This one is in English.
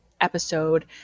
episode